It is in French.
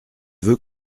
veut